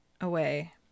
away